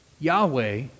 Yahweh